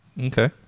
okay